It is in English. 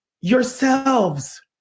yourselves